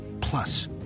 plus